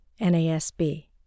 NASB